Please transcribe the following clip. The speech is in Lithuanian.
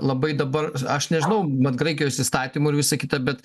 labai dabar aš nežinau mat graikijos įstatymų ir visa kita bet